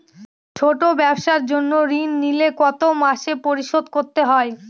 ছোট ব্যবসার জন্য ঋণ নিলে কত মাসে পরিশোধ করতে হয়?